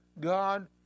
God